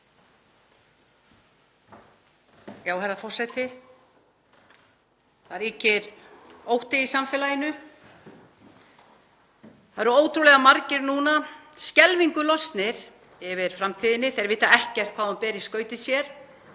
Herra forseti. Það ríkir ótti í samfélaginu. Nú eru ótrúlega margir skelfingu lostnir yfir framtíðinni, þeir vita ekkert hvað hún ber í skauti sér.